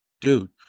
Dude